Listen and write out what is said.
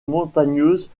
montagneuse